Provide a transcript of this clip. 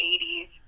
80s